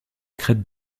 crête